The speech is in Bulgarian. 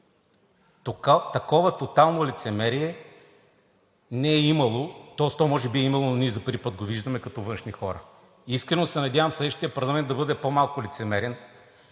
Такова тотално лицемерие не е имало, тоест може би е имало, но ние за първи път го виждаме като външни хора. Искрено се надявам следващият парламент да бъде по-малко лицемерен